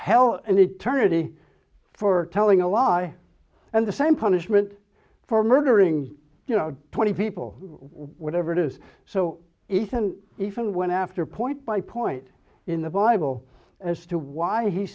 the for telling a lie and the same punishment for murdering you know twenty people whatever it is so isn't even went after point by point in the bible as to why he